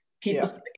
people